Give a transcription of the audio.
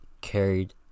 carried